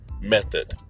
method